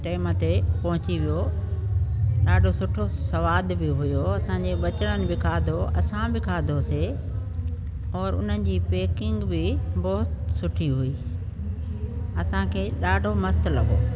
time ते पहुची वियो ॾाढो सुठो सवाद बि हुयो असांजे ॿचिड़नि बि खाधो असां बि खाधोसीं और उन्हनि जी पेकिंग बि बहुत सुठी हुई असांखे ॾाढो मस्तु लॻो